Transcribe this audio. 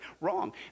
Wrong